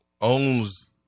owns